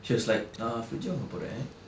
she was like நான்:naan fridge வாங்க போறேன்:vanka poraen